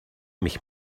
mich